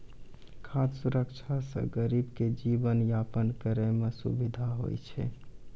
खाद सुरक्षा से गरीब के जीवन यापन करै मे सुविधा होय छै